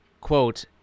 quote